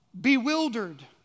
bewildered